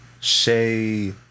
shay